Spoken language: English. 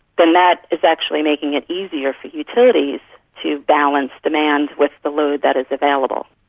then that is actually making it easier for utilities to balance demand with the load that is available.